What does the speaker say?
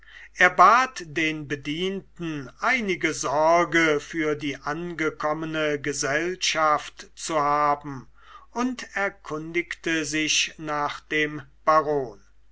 er bat den bedienten einige sorge für die angekommene gesellschaft zu haben und erkundigte sich nach dem baron